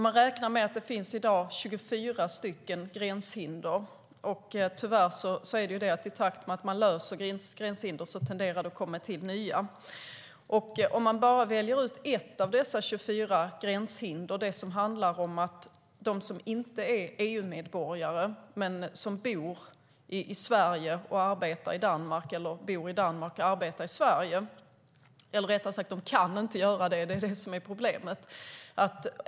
Man räknar med att det i dag finns 24 gränshinder. Tyvärr tenderar det att komma till nya gränshinder i takt med att man löser gränshinder. Jag kan välja ett av dessa 24 gränshinder, det som handlar om dem som inte är EU-medborgare men som bor i Sverige och vill arbeta i Danmark eller som bor i Danmark och vill arbeta i Sverige. De kan inte göra det. Det är det som är problemet.